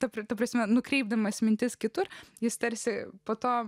papirkti prasme nukreipdamas mintis kitur jis tarsi po to